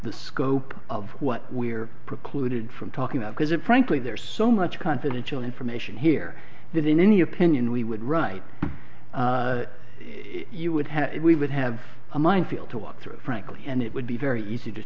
the scope of what we're precluded from talking about because it frankly there's so much confidential information here that in any opinion we would write it you would have it we would have minefield to walk through frankly and it would be very easy to